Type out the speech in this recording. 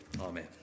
Amen